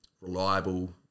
reliable